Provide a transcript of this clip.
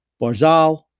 Barzal